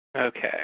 Okay